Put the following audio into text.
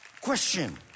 Question